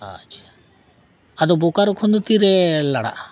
ᱟᱪᱪᱷᱟ ᱟᱫᱚ ᱵᱳᱠᱟᱨᱚ ᱠᱷᱚᱱ ᱫᱚ ᱛᱤᱨᱮ ᱞᱟᱲᱟᱜᱼᱟ